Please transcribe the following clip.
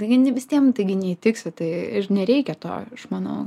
taigi ne visiem taigi neįtiksi tai ir nereikia to aš manau